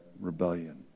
rebellion